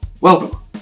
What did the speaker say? Welcome